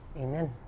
Amen